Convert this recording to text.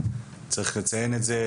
צריך לציין את זה.